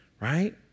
right